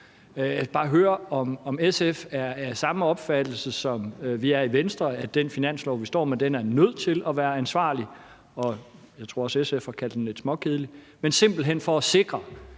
bare høre, om SF er af samme opfattelse, som vi er i Venstre, nemlig at den finanslov, vi står med, er nødt til at være ansvarlig – og jeg tror også, SF har kaldt den lidt småkedelig – simpelt hen for at sikre,